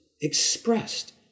expressed